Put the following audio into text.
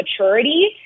maturity